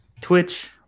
twitch